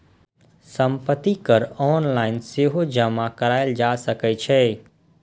संपत्ति कर ऑनलाइन सेहो जमा कराएल जा सकै छै